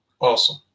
Awesome